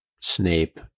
Snape